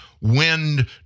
wind